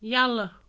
یلہٕ